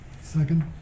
Second